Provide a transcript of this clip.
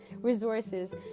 resources